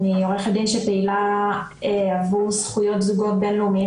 אני עו"ד שפעילה עבור זכויות זוגות בינלאומיים